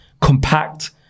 compact